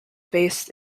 based